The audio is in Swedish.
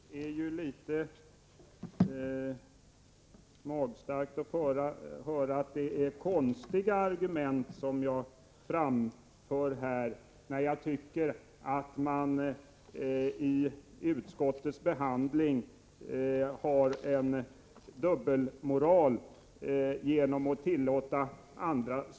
Herr talman! Det är litet magstarkt att påstå att jag framför konstiga argument när jag säger att det är en dubbelmoral i utskottets behandling, när man tillåter vissa spel men inte andra.